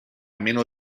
meno